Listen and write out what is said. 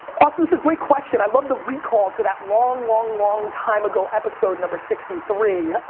austin, this a great question. i love the recall to that long long long time ago episode, number sixty three.